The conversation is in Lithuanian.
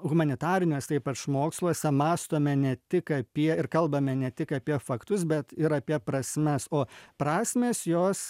humanitariniuose ypač moksluose mąstome ne tik apie ir kalbame ne tik apie faktus bet ir apie prasmes o prasmės jos